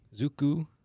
Zuku